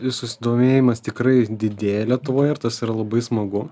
susidomėjimas tikrai didėja lietuvoje ir tas yra labai smagu